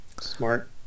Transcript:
Smart